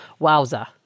Wowza